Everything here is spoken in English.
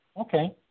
Okay